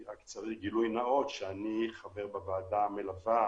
אני צריך בגילוי נאות לומר שאני חבר בוועדה המלווה